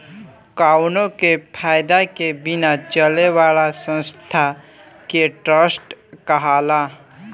कावनो फायदा के बिना चले वाला संस्था के ट्रस्ट कहाला